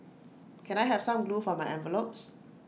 can I have some glue for my envelopes